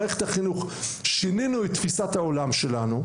מערכת החינוך שינינו את תפיסת העולם שלנו,